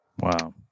wow